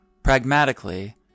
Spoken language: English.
Pragmatically